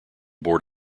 board